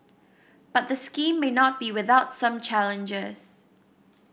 but the scheme may not be without some challenges